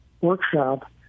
workshop